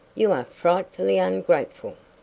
you are frightfully ungrateful.